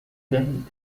دهید